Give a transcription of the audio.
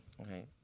Okay